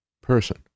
person